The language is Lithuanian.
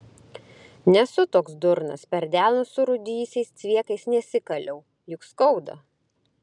nesu toks durnas per delnus surūdijusiais cviekais nesikaliau juk skauda